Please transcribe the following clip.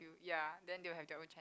ya then they will have their own